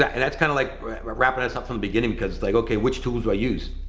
and that's kind of like wrapping us up from the beginning because like, okay, which tools do i use?